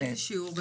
באיזה שיעור?